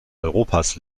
europas